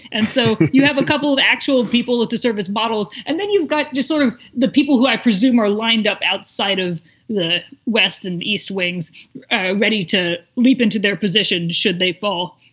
and so you have a couple of actual people to serve as bottles. and then you've got just sort of the people who i presume are lined up outside of the west and east wings ready to leap into their positions should they fall